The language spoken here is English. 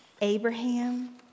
Abraham